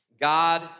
God